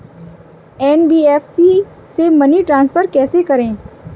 NBFC से money transfer कैसे करें?